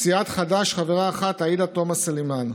סיעת חד"ש, חברה אחת: עאידה תומא סלימאן,